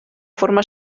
forma